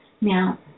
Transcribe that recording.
Now